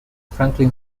franklin